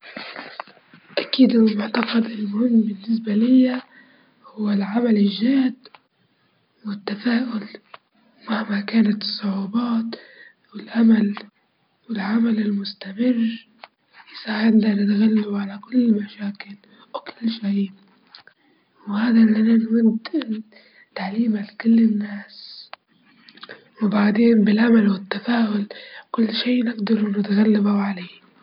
أكيد المساهمة في المجتمع مهمة، لإنها تعطي حياة الشخص معنى أكبر، بس الس- السعادة الشخصية أساسية أكيد لإنك إذا ما كانت سعيد مش هتجد ر تساعد غيرك تسعد غيرك، لإن أكيد المساهمة في المجتمع بتشجع كل الناس إن هيكي.